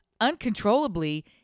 uncontrollably